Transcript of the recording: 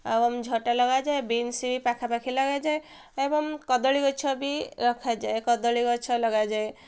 ଏବଂ ଝଟା ଲଗାଯାଏ ବିନ୍ସବି ପାଖାପାଖି ଲଗାଯାଏ ଏବଂ କଦଳୀ ଗଛ ବି ରଖାଯାଏ କଦଳୀ ଗଛ ଲଗାଯାଏ